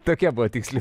tokia buvo tiksli